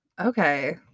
Okay